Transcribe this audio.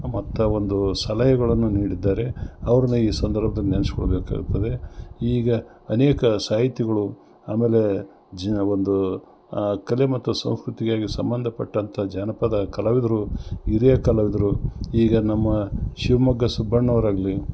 ಮತ್ತು ಒಂದು ಸಲಹೆಗಳನ್ನು ನೀಡಿದ್ದಾರೆ ಅವ್ರನ್ನು ಈ ಸಂದರ್ಭದಲ್ಲಿ ನೆನೆಸಿಕೊಳ್ಬೇಕಾಗ್ತದೆ ಈಗ ಅನೇಕ ಸಾಹಿತಿಗಳು ಆಮೇಲೆ ಜ ಒಂದು ಆ ಕಲೆ ಮತ್ತು ಸಂಸ್ಕೃತಿಗಾಗಿ ಸಂಬಂಧ ಪಟ್ಟಂಥ ಜಾನಪದ ಕಲಾವಿದರು ಹಿರಿಯ ಕಲಾವಿದರು ಈಗ ನಮ್ಮ ಶಿವಮೊಗ್ಗ ಸುಬ್ಬಣ್ಣ ಅವರಾಗಲಿ